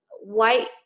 white